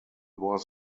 was